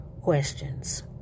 questions